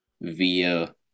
via